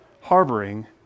harboring